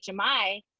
HMI